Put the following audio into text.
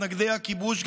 מתנגדי הכיבוש,